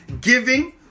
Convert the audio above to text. giving